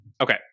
Okay